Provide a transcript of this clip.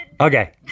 Okay